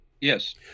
Yes